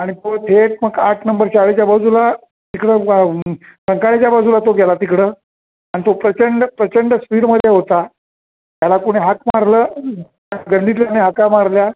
आणि तो ते एक मग आठ नंबर शाळेच्या बाजूला तिकडं रंकाळ्याच्या बाजूला तो गेला तिकडं आणि तो प्रचंड प्रचंड स्पीडमध्ये होता त्याला कोणी हाक मारलं गल्लीतल्यानी हाका मारल्या